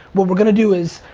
what we're going to do is,